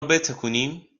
بتکونیم